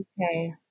Okay